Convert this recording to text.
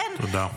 תודה.